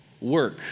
Work